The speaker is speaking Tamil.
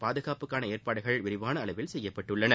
பாதுகாப்புக்கான ஏற்பாடுகள் விரிவான அளவில் செய்யப்பட்டுள்ளன